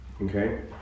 Okay